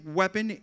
weapon